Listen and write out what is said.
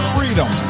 Freedom